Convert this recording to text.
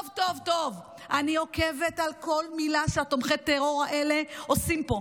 טוב טוב טוב אני עוקבת אחרי כל מילה שתומכי הטרור האלה עושים פה.